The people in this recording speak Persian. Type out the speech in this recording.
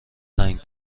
تنگ